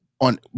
on